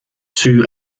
two